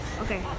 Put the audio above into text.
Okay